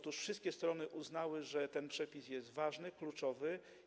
Otóż wszystkie strony uznały, że ten przepis jest ważny, kluczowy.